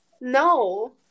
no